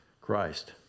Christ